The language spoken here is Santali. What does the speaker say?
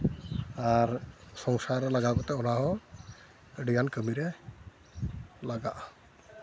ᱟᱨ ᱥᱚᱝᱥᱟᱨ ᱨᱮ ᱞᱟᱜᱟᱣ ᱠᱟᱛᱮᱫ ᱚᱱᱟᱦᱚᱸ ᱟᱹᱰᱤᱜᱟᱱ ᱠᱟᱹᱢᱤᱨᱮ ᱞᱟᱜᱟᱜᱼᱟ